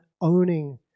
owning